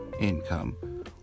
income